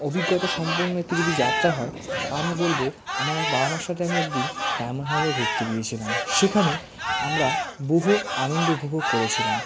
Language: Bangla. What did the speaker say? অভিজ্ঞতাসম্পন্ন একটি যদি যাত্রা হয় তা আমি বলব আমার বাবা মার সাথে আমি একদিন ডায়মন্ড হারবার ঘুরতে গিয়েছিলাম সেখানে আমরা বহু আনন্দ উপভোগ করেছিলাম